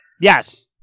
Yes